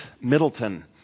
Middleton